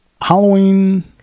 Halloween